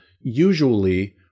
usually